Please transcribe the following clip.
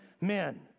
men